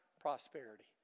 prosperity